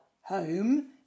home